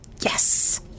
Yes